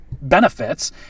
benefits